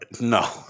No